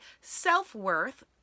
self-worth